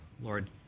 Lord